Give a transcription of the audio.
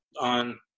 on